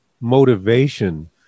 motivation